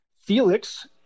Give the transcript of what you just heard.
Felix